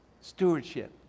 stewardship